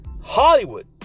Hollywood